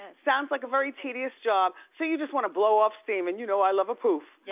sounds like a very tedious job so you just wanna blow off steam and you know i love a poof. yeah